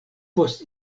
post